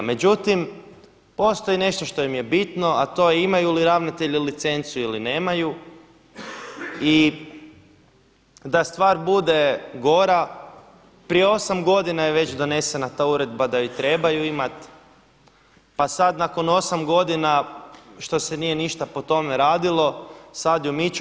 Međutim, postoji nešto što im je bitno a to je imaju li ravnatelji licencu ili nemaju i da stvar bude gora prije 8 godina je već donesena ta uredba da je trebaju imati, pa sad nakon 8 godina što se nije ništa po tome radilo sad ju miču.